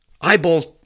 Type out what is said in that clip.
eyeballs